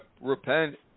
repent